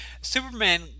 Superman